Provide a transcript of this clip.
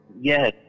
Yes